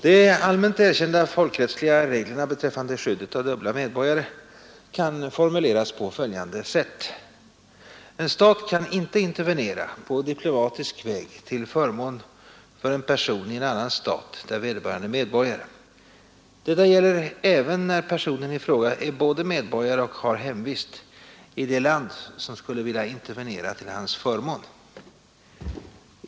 De allmänt erkända folkrättsliga reglerna beträffande skyddet av dubbla medborgare kan formuleras på följande sätt: en stat kan inte intervenera på diplomatisk väg till förmån för en person i en annan stat där vederbörande är medborgare. Detta gäller även när personen i fråga är både medborgare och har hemvist i det land, som skulle vilja intervenera till hans förmån.